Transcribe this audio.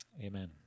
Amen